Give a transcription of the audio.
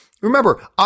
remember